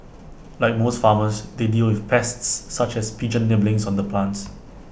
like most farmers they deal with pests such as pigeons nibbling on the plants